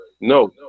No